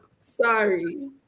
Sorry